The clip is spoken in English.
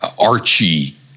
Archie